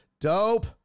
Dope